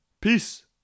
peace